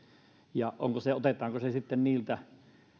niin otetaanko se